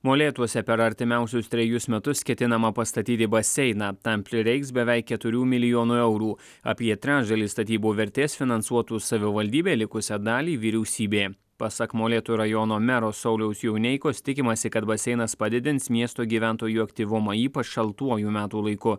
molėtuose per artimiausius trejus metus ketinama pastatyti baseiną tam prireiks beveik keturių milijonų eurų apie trečdalį statybų vertės finansuotų savivaldybė likusią dalį vyriausybė pasak molėtų rajono mero sauliaus jauneikos tikimasi kad baseinas padidins miesto gyventojų aktyvumą ypač šaltuoju metų laiku